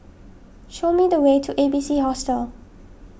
show me the way to A B C Hostel